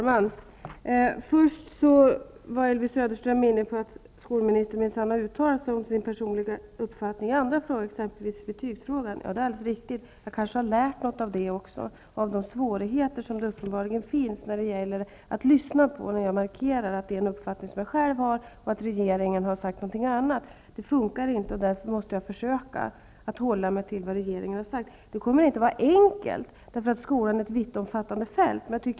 Herr talman! Elvy Söderström sade: Skolministern har minsann uttalat sig om sin personliga uppfattning i andra frågor, exempelvis betygsfrågan. Det är alldeles riktigt. Jag har kanske också lärt något av det och om de svårigheter som uppenbarligen finns att lyssna när jag markerar att det är en uppfattning som jag själv har och att regeringen har sagt någonting annat. Det fungerar inte, och därför måste jag försöka att hålla mig till vad regeringen har sagt. Det kommer inte att vara enkelt, eftersom skolan är ett vittomfattande fält.